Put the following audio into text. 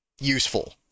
useful